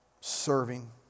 serving